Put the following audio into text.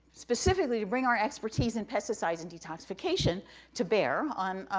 specifically to bring our expertise in pesticides and detoxification to bear on, um,